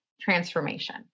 transformation